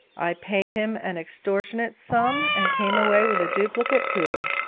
i paid him an extortionate sum, and came away with a duplicate poodle,